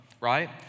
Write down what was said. right